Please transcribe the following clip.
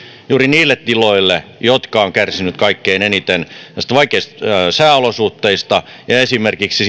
juuri niille tiloille jotka ovat kärsineet kaikkein eniten näistä vaikeista sääolosuhteista ja joille esimerkiksi